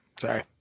Sorry